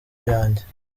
yanjye